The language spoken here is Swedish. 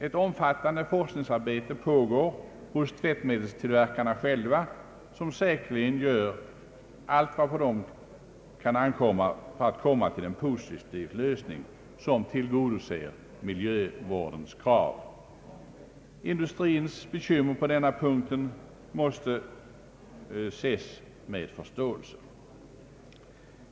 Ett omfattande forskningsarbete pågår hos tvättmedelstillverkarna själva, vilka säkerligen gör allt vad på dem ankommer för att finna en positiv lösning som tillgodoser miljövårdens krav. Industrins bekymmer på denna punkt måste ses med förståelse.